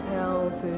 help